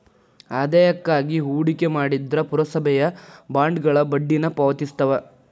ಆದಾಯಕ್ಕಾಗಿ ಹೂಡಿಕೆ ಮಾಡ್ತಿದ್ರ ಪುರಸಭೆಯ ಬಾಂಡ್ಗಳ ಬಡ್ಡಿನ ಪಾವತಿಸ್ತವ